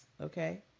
okay